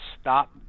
stop